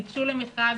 ניגשו למכרז,